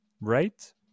right